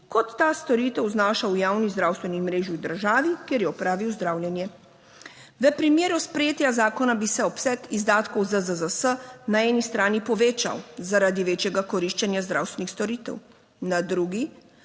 kot ta storitev znaša v javni zdravstveni mreži v državi, kjer je opravil zdravljenje. V primeru sprejetja zakona bi se obseg izdatkov ZZZS na eni strani povečal zaradi večjega koriščenja zdravstvenih storitev, na drugi